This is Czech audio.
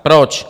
Proč?